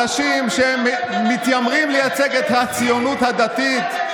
אנשים שהם מתיימרים לייצג את הציונות הדתית התנגדו.